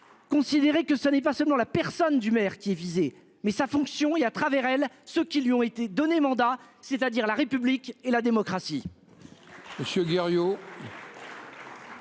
Considérer que ce n'est pas seulement la personne du maire qui est visée mais sa fonction et à travers elle, ce qui lui ont été donné mandat c'est-à-dire la République et la démocratie.